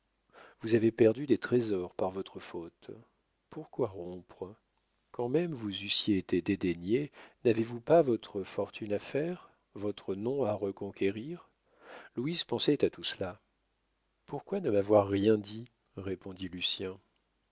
vous avez perdu des trésors par votre faute pourquoi rompre quand même vous eussiez été dédaigné n'avez-vous pas votre fortune à faire votre nom à reconquérir louise pensait à tout cela pourquoi ne m'avoir rien dit répondit lucien